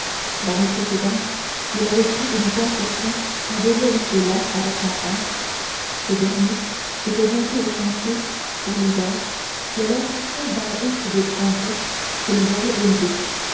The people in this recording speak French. l'aimée précédente il avait pris une concession à deux milles de là avec son frère ce dernier était monté aux chantiers pour l'hiver le laissant seul dans la hutte de troncs bruts quels avaient élevée